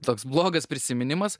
toks blogas prisiminimas